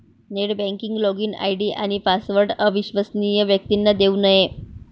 net banking login ID आणि password अविश्वसनीय व्यक्तींना देऊ नये